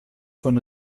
von